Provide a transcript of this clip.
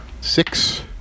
Six